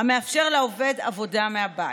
המאפשר לעובד עבודה מהבית.